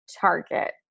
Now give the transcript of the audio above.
target